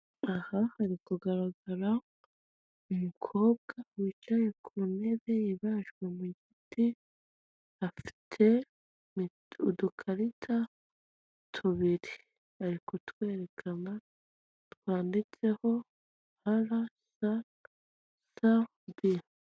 Aha hari kugaragara umukobwa wicaye ku ntebe ibajwe mu giti, afite udukarita tubiri ari kutwerekana twanditseho "RSSB".